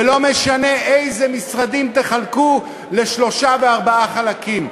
ולא משנה איזה משרדים תחלקו לשלושה וארבעה חלקים.